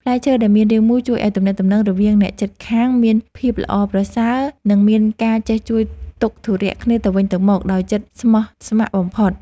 ផ្លែឈើដែលមានរាងមូលជួយឱ្យទំនាក់ទំនងរវាងអ្នកជិតខាងមានភាពល្អប្រសើរ និង មានការចេះជួយទុក្ខធុរៈគ្នាទៅវិញទៅមកដោយចិត្តស្មោះស្ម័គ្របំផុត។